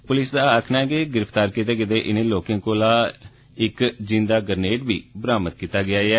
पुलसै दा आक्खना ऐ जे गिरफ्तार कीते गेदे इन्ने लोर्के कोला इक जीन्दा ग्रनेड बी बरामद कीता गेया ऐ